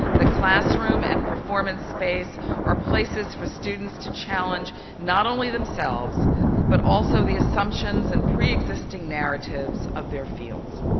the classroom and performance space are places for students to challenge not only themselves but also the assumptions and preexisting narratives of their fields.